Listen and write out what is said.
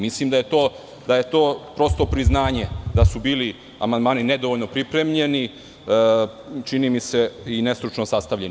Mislim da je to, prosto, priznanje da su bili amandmani nedovoljno pripremljeni, čini mi se, i nestručno sastavljeni.